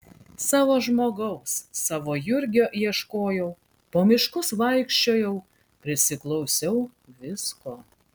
savo žmogaus savo jurgio ieškojau po miškus vaikščiojau prisiklausiau visko